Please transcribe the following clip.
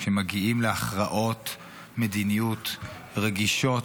כשמגיעים להכרעות מדיניות רגישות,